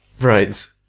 Right